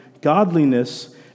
godliness